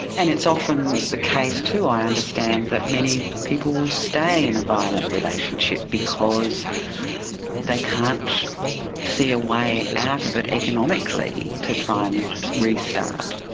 and it's often the case too i understand that many people will stay in a violent relationship because they can't see a way out of it economically to try and restart.